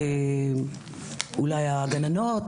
אולי הגננות,